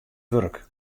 wurk